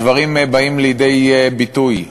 הדברים באים לידי ביטוי,